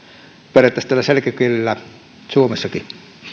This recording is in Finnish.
pärjättäisiin tällä selkokielellä suomessakin